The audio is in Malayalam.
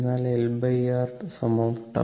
എന്നാൽ LR τ